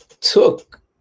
took